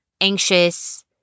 anxious